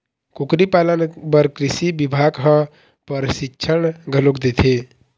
कुकरी पालन बर कृषि बिभाग ह परसिक्छन घलोक देथे